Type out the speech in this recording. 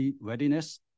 readiness